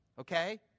Okay